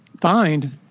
find